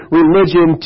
religion